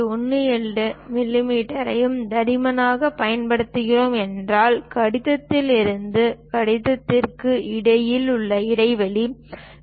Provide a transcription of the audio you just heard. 18 மில்லிமீட்டரையும் தடிமனாகப் பயன்படுத்துகிறோம் என்றால் கடிதத்திலிருந்து கடிதத்திற்கு இடையிலான இடைவெளி 0